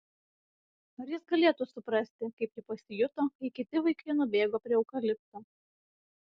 ar jis galėtų suprasti kaip ji pasijuto kai kiti vaikai nubėgo prie eukalipto